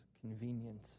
convenient